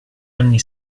anni